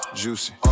juicy